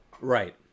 Right